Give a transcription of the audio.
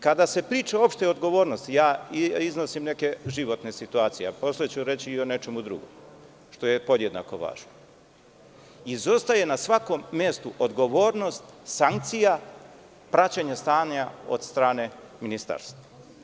Kada se priča o opštoj odgovornosti, iznosim neke životne situacije, a posle ću reći i o nečemu drugom što je podjednako važno, izostaje na svakom mestu odgovornost sankcija praćenja stanja od strane Ministarstva.